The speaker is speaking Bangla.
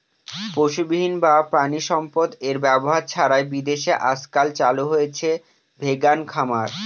পশুবিহীন বা প্রানীসম্পদ এর ব্যবহার ছাড়াই বিদেশে আজকাল চালু হয়েছে ভেগান খামার